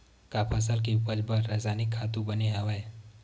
का फसल के उपज बर रासायनिक खातु बने हवय?